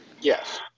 Yes